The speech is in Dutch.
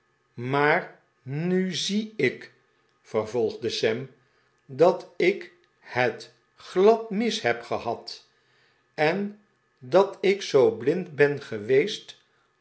maar nu zie ik vervolgde sam dat ik het glad mis heb gehad en dat ik zoo blind ben geweest